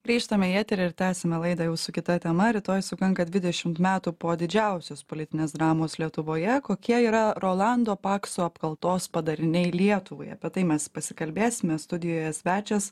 grįžtam į eterį ir tęsiame laidą jau su kita tema rytoj sukanka dvidešimt metų po didžiausios politinės dramos lietuvoje kokie yra rolando pakso apkaltos padariniai lietuvai apie tai mes pasikalbėsime studijoje svečias